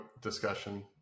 discussion